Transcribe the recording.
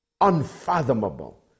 unfathomable